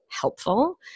helpful